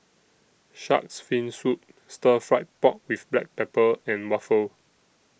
Shark's Fin Soup Stir Fried Pork with Black Pepper and Waffle